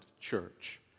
church